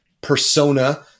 persona